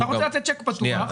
אתה רוצה לתת צ'ק פתוח --- בצלאל,